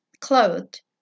clothed